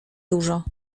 dużo